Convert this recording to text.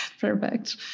Perfect